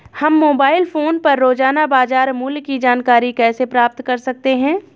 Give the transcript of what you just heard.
हम mobile phone पर रोजाना बाजार मूल्य की जानकारी कैसे प्राप्त कर सकते हैं?